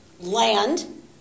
land